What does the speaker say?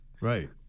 Right